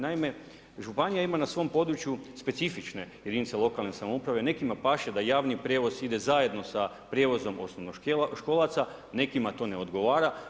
Naime, županija ima na svom području specifične jedinice lokalne samouprave, nekima paše da javni prijevoz ide zajedno sa prijevozom osnovnoškolaca, nekima to ne odgovara.